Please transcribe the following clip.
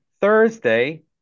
Thursday